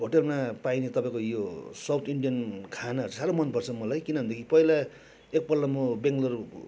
होटलमा पाइने तपाईँको यो साउथ इन्डियन खाना साह्रो मनपर्छ मलाई किनभनेदेखि पहिला एकपल्ट म बेङ्गलोर